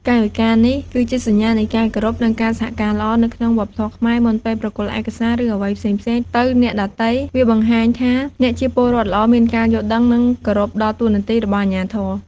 កាយវិការនេះគឺជា សញ្ញានៃការគោរព និងការសហការល្អ នៅក្នុងវប្បធម៌ខ្មែរ មុនពេលប្រគល់ឯកសារ ឬអ្វីផ្សេងៗទៅអ្នកដទៃ វាបង្ហាញថាអ្នកជាពលរដ្ឋល្អ មានការយល់ដឹង និងគោរពដល់តួនាទីរបស់អាជ្ញាធរ។